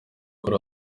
kuri